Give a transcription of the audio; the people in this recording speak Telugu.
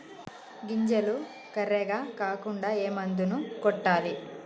గింజలు కర్రెగ కాకుండా ఏ మందును కొట్టాలి?